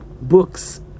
books